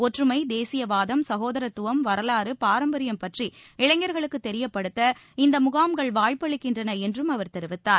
ஒற்றுமை தேசியவாதம் சகோதரத்துவம் வரலாறு பாரம்பரியம் பற்றி இளைஞர்களுக்கு தெரியப்படுத்த இந்த முகாம்கள் வாய்ப்பளிக்கின்றன என்றும் அவர் தெரிவித்தார்